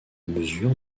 mesure